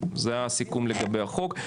זה הסיכום לגבי החוק.